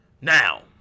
Now